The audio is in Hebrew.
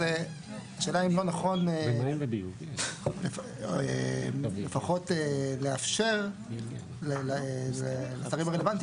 זה אם לא נכון לפחות לאפשר לשרים הרלוונטיים,